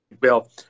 Bill